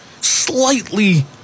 slightly